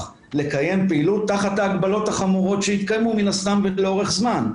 לקיים פעילות תחת ההגבלות החמורות שיתקיימו מן הסתם לאורך זמן,